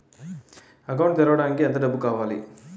Account తెరవడానికి ఎంత డబ్బు ఉండాలి?